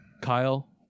Kyle